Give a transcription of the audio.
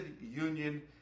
union